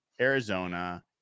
Arizona